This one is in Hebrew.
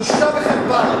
בושה וחרפה.